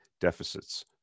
deficits